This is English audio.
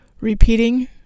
repeating